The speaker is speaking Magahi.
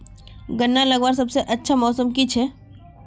गन्ना लगवार सबसे अच्छा मौसम की छे?